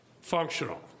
functional